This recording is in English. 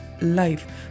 life